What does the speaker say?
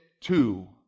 two